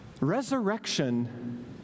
resurrection